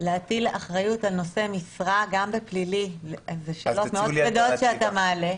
להטיל אחריות על נושא משרה גם בפלילי, אלה שאלות מאוד כבדות שאתה מעלה.